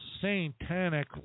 satanic